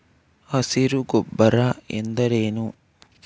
ಹಸಿರು ಗೊಬ್ಬರ ಎಂದರೇನು?